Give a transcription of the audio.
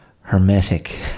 hermetic